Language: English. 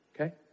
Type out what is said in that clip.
Okay